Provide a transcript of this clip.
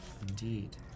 Indeed